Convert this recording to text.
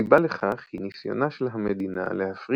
הסיבה לכך היא ניסיונה של המדינה להפריט